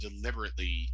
deliberately